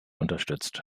unterstützt